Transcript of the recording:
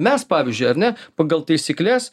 mes pavyzdžiui ar ne pagal taisykles